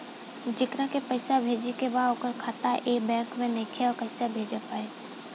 जेकरा के पैसा भेजे के बा ओकर खाता ए बैंक मे नईखे और कैसे पैसा भेजल जायी?